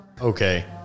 okay